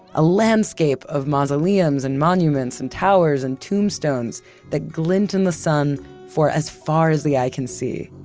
a landscape of mausoleums and monuments and towers and tombstones that glint in the sun for as far as the eye can see.